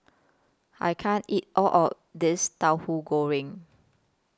I can't eat All of This Tahu Goreng